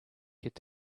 could